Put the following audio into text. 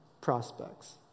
prospects